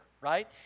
right